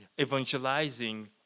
evangelizing